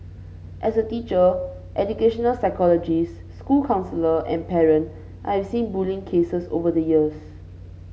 as a teacher educational psychology's school counsellor and parent I have seen bullying cases over the years